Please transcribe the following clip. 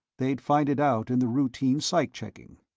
they'd find it out in the routine psych-checking.